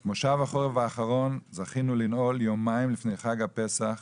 את מושב החורף האחרון זכינו לנעול יומיים לפני חג הפסח,